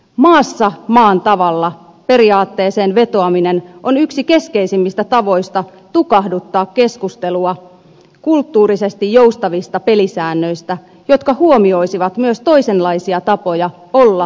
maassa maan tavalla periaatteeseen vetoaminen on yksi keskeisimmistä tavoista tukahduttaa keskustelua kulttuurisesti joustavista pelisäännöistä jotka huomioisivat myös toisenlaisia tapoja olla ja elää